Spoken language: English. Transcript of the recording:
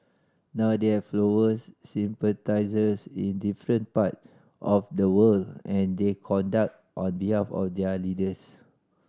now they have followers sympathisers in different part of the world and they conduct on behalf of their leaders